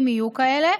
אם יהיו כאלה,